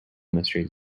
mysteries